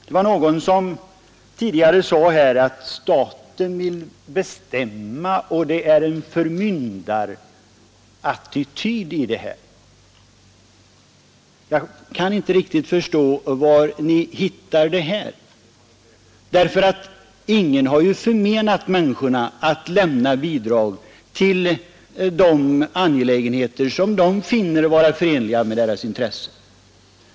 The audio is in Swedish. Det var någon som tidigare sade att staten vill bestämma och att vi intar en förmyndarattityd. Jag kan inte riktigt förstå var ni hittar det. Ingen förmenar människorna rätten att lämna bidrag till de angelägenheter som de finner förenliga med sina intressen.